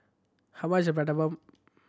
how much is Prata Bomb